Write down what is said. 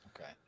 Okay